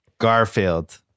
Garfield